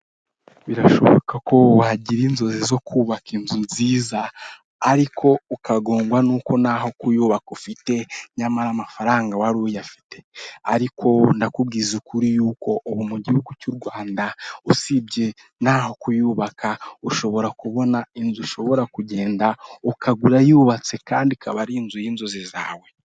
Birashoboka ko wagira inzozi zo kubaka inzu nziza ariko ukagongwa n'uko n'aho kuyubaka ufite nyamara amafaranga wari uyafite, ariko ndakubwiza ukuri y'uko mu gihugu cy'u Rwanda usibye n'aho kuyubaka ushobora kubona inzu ushobora kugenda ukagura yubatse kandi ikaba ari inzu y'inzozi zawe.